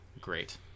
great